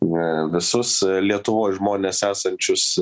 visus lietuvoj žmones esančius